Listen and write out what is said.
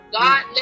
God